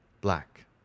black